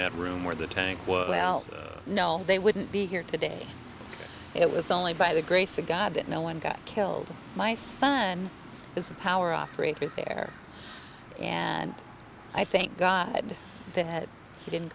that room or the tank well no they wouldn't be here today it was only by the grace of god that no one got killed my son is a power upgrade there and i thank god that he didn't